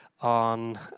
on